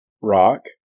rock